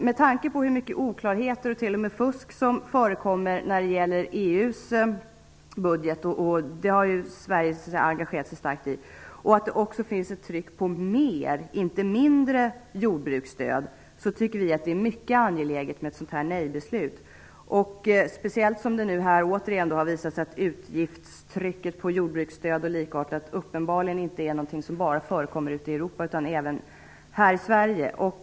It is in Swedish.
Med tanke på hur mycket oklarheter och t.o.m. fusk som förekommer när det gäller EU:s budget - en fråga som ju Sverige har engagerat sig starkt i - och att det också finns ett tryck på mer och inte mindre jordbruksstöd, är det enligt vår uppfattning mycket angeläget med ett nej-beslut, speciellt som det återigen har visat sig att utgiftstrycket på jordbruksstöd och liknande uppenbarligen inte bara förekommer ute i Europa utan även här i Sverige.